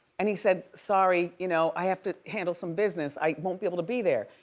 and he said, sorry, you know, i have to handle some business, i won't be able to be there.